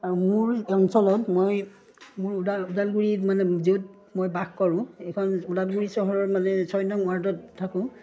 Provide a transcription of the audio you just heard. আৰু মোৰ অঞ্চলত মই মোৰ ওদালগুৰিত মানে য'ত মই বাস কৰোঁ এইখন ওদালগুৰি চহৰৰ মানে ছয় নং ৱাৰ্ডত থাকোঁ